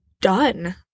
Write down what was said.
done